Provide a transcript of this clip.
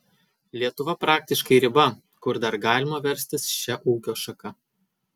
lietuva praktiškai riba kur dar galima verstis šia ūkio šaka